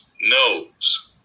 knows